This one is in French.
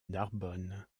narbonne